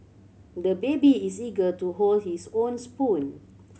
the baby is eager to hold his own spoon